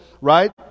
right